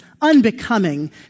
unbecoming